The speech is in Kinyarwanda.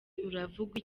iravuga